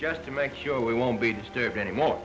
just to make sure we won't be disturbed anymore